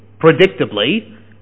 predictably